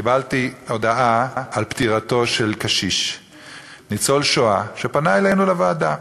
קיבלתי הודעה על פטירתו של קשיש ניצול השואה שפנה אלינו לוועדה.